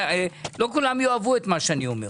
לא כולם יאהבו את מה שאני אומר,